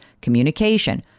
communication